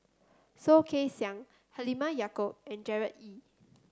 Soh Kay Siang Halimah Yacob and Gerard Ee